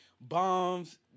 bombs